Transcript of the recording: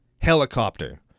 Helicopter